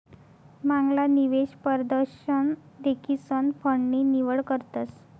मांगला निवेश परदशन देखीसन फंड नी निवड करतस